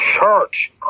Church